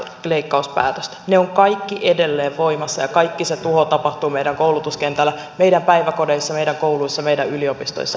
ne ovat kaikki edelleen voimassa ja kaikki se tuho tapahtuu edelleen meidän koulutuskentällämme meidän päiväkodeissamme meidän kouluissamme meidän yliopistoissamme